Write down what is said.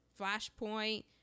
Flashpoint